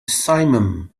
simum